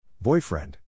Boyfriend